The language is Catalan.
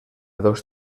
dos